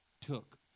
took